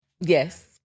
Yes